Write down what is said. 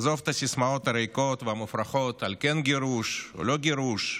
עזוב את הסיסמאות הריקות והמופרכות על כן גירוש או לא גירוש,